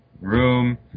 room